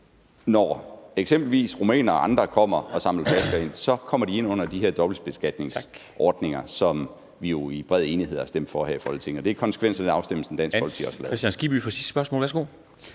Når eksempelvis rumænere og andre kommer og samler flasker ind, kommer de ind under de her dobbeltbeskatningsordninger, som vi jo i bred enighed har stemt for her i Folketinget. Det er konsekvensen af den afstemning, som Dansk Folkeparti også var med